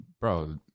bro